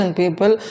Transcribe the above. people